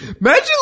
Imagine